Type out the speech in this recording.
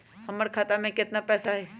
हमर खाता में केतना पैसा हई?